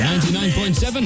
99.7